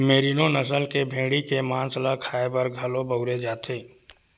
मेरिनों नसल के भेड़ी के मांस ल खाए बर घलो बउरे जाथे